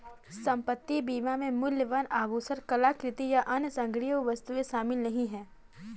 संपत्ति बीमा में मूल्यवान आभूषण, कलाकृति, या अन्य संग्रहणीय वस्तुएं शामिल नहीं हैं